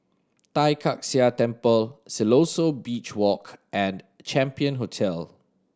Tai Kak Seah Temple Siloso Beach Walk and Champion Hotel